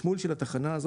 למרכז.